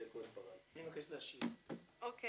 אני פותח את ישיבת ועדת הכנסת.